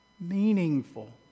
Meaningful